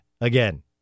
again